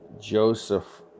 Joseph